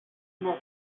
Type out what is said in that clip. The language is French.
neuf